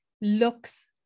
looks